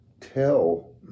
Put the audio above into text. tell